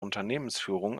unternehmensführung